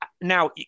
Now